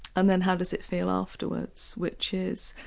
and then how does it feel afterwards, which is